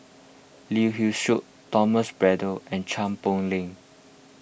Lee Hee Seng Thomas Braddell and Chua Poh Leng